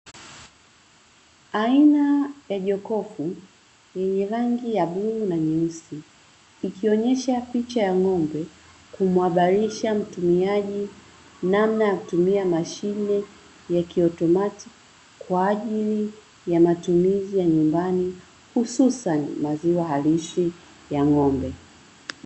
Aina ya jokofu yenye rangi ya bluu na nyeusi, ikionyesha picha ya ng'ombe, kumuhabarisha mtumiaji namna ya kutumia mashine ya kiauotomatiki, kwa ajili ya matumizi ya nyumbani, hususani maziwa halisi ya ng'ombe.